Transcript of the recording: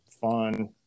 Fun